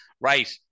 Right